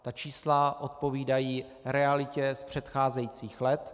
Ta čísla odpovídají realitě z předcházejících let.